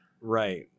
right